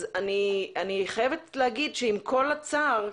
אז אני חייבת להגיד שעם כל הצער,